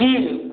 जी जी